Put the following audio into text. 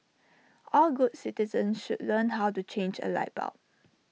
all good citizens should learn how to change A light bulb